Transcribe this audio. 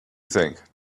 think